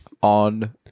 On